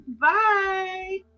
Bye